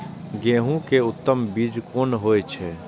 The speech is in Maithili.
गेंहू के उत्तम बीज कोन होय छे?